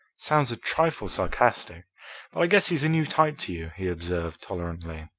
sounds a trifle sarcastic, but i guess he's a new type to you, he observed tolerantly.